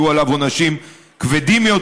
יהיו עליו עונשים כבדים יותר.